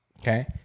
Okay